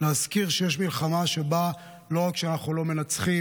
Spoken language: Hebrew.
להזכיר שיש מלחמה שבה לא רק שאנחנו לא מנצחים,